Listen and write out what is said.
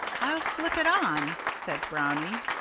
i'll slip it on, said brownie.